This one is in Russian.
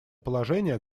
положение